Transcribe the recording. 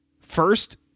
First